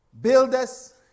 builders